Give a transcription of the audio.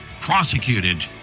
prosecuted